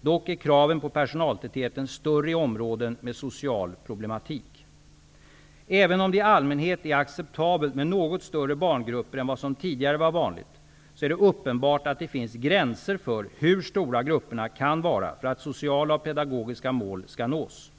Dock är kraven på personaltätheten större i områden med social problematik. Även om det i allmänhet är acceptabelt med något större barngrupper än vad som tidigare var vanligt, är det uppenbart att det finns gränser för hur stora grupperna kan vara för att sociala och pedagogiska mål skall nås.